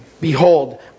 Behold